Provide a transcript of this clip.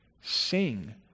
Sing